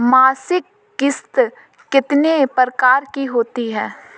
मासिक किश्त कितने प्रकार की होती है?